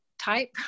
type